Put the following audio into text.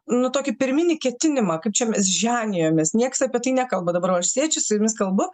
nu tokį pirminį ketinimą kaip čia mes ženijomės nieks apie tai nekalba dabar va aš sėdžiu su jumis kalbu